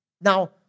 Now